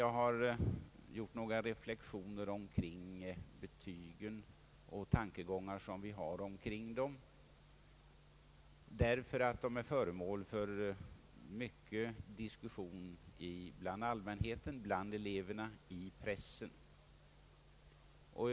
Jag har gjort några reflexioner om betygen och tankegångar som vi har kring dem, därför att de är föremål för mycken diskussion bland allmänheten, eleverna och i pressen.